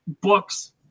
books